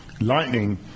Lightning